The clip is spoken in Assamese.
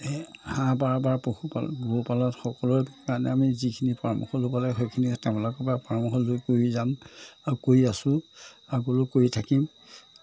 সেই হাঁহ পাৰ বা পশুপালত গোপালনত সকলোৰে কাৰণে আমি যিখিনি পৰামৰ্শ ল'ব লাগে সেইখিনি তেওঁলোকৰ পৰা পৰামৰ্শ লৈ কৰি যাম আৰু কৰি আছোঁ আগলৈও কৰি থাকিম